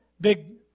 big